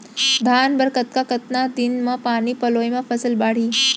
धान बर कतका कतका दिन म पानी पलोय म फसल बाड़ही?